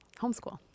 homeschool